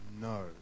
no